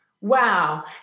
wow